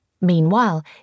Meanwhile